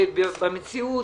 ובמציאות